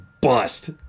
bust